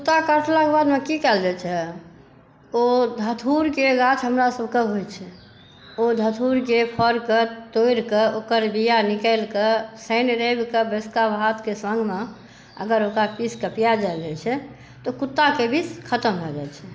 कुत्ता काटलाके बादमे की कयल जाइ छै ओ धतूरके गाछ हमरासभके होइ छै ओ धतूरके फरके तोड़िकऽ ओकर बिया निकालिकऽ शनि रविकऽ बासिका भातके संगमे अगर ओकरा पीसकऽ पियाल जै छै तऽ कुत्ताके विष खतम भऽ जाइ छै